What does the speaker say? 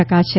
ટકા છે